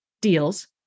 deals